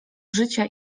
życia